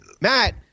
Matt